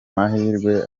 mahirwe